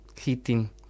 heating